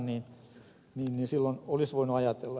silloin olisi voinut tätä ajatella